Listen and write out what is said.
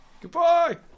Goodbye